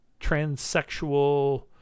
transsexual